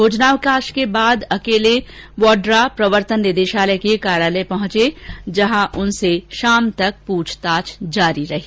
भोजनावकाश के बाद अकेले वाड्रा प्रवर्तन निदेशालय के कार्यालय पहुंचे जहां उनसे शाम तक पूछताछ जारी रही